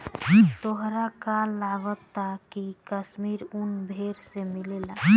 तोहरा का लागऽता की काश्मीरी उन भेड़ से मिलेला